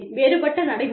வேறுபட்ட நடைமுறை